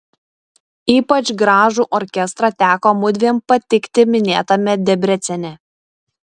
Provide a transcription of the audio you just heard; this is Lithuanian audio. ypač gražų orkestrą teko mudviem patikti minėtame debrecene